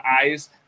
eyes